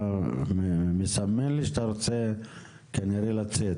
אני מסמן לי שאתה רוצה כנראה לצאת,